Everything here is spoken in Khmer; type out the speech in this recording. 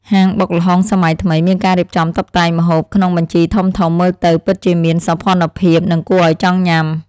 ហាងបុកល្ហុងសម័យថ្មីមានការរៀបចំតុបតែងម្ហូបក្នុងកញ្ជើធំៗមើលទៅពិតជាមានសោភ័ណភាពនិងគួរឱ្យចង់ញ៉ាំ។